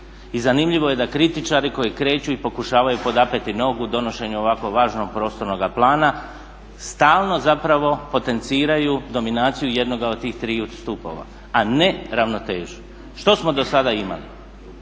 I zanimljivo je da kritičari koji kreću i pokušavaju podapeti nogu donošenju ovako važnog prostornoga plana stalno zapravo potenciraju dominaciju jednoga od tih triju stupova, a ne ravnotežu. Što smo do sada imali?